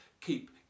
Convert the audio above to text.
keep